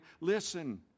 listen